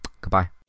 goodbye